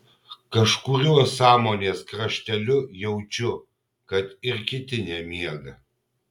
kažkuriuo sąmonės krašteliu jaučiu kad ir kiti nemiega